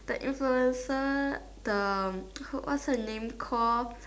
the influencer the what's her name call